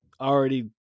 already